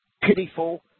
pitiful